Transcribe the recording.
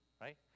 right